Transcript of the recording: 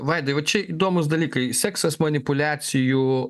vaidai va čia įdomūs dalykai seksas manipuliacijų